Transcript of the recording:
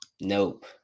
nope